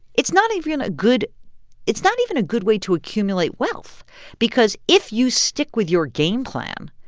it's not even a good it's not even a good way to accumulate wealth because if you stick with your game plan,